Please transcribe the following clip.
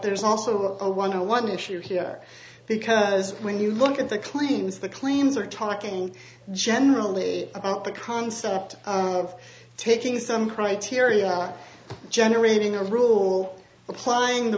there's also a one to one issue here because when you look at the clintons the claims are talking generally about the concept of taking some criteria are generating a rule applying the